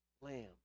lamb